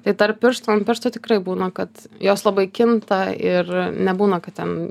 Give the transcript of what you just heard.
tai tarp pirštų ant pirštų tikrai būna kad jos labai kinta ir nebūna kad ten